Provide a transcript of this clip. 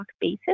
basis